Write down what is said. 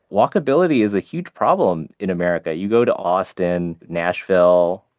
walkability is a huge problem in america. you go to austin, nashville,